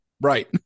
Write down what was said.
right